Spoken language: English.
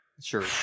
Sure